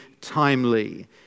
timely